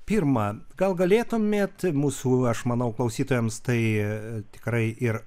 pirma gal galėtumėt mūsų aš manau klausytojams tai tikrai ir